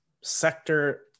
sector